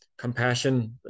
compassion